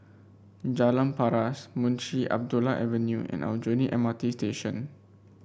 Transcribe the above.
Jalan Paras Munshi Abdullah Avenue and Aljunied M R T Station